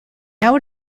now